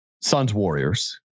Suns-Warriors